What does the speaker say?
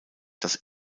dass